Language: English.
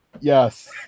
Yes